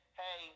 hey